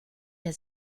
der